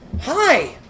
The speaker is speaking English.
Hi